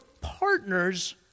partners